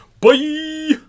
Bye